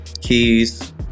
keys